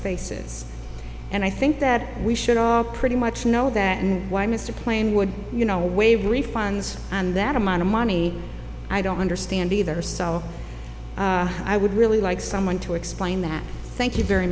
faces and i think that we should all pretty much know that and why mr plane would you know away refunds and that amount of money i don't understand either so i would really like someone to explain that thank you very